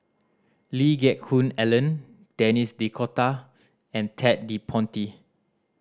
Lee Geck Hoon Ellen Denis D'Cotta and Ted De Ponti